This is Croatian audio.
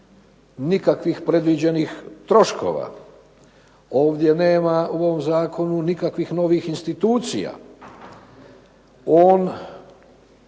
nikakvih predviđenih troškova. Ovdje nema u ovom zakonu nikakvih novih institucija. On